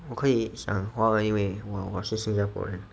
我可以讲华文因为我是新加坡人